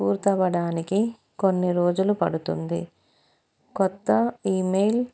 పూర్తి అవ్వడానికి కొన్ని రోజులు పడుతుంది కొత్త ఈమెయిల్